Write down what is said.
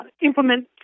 implement